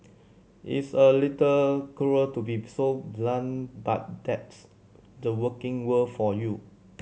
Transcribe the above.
it's a little cruel to be so blunt but that's the working world for you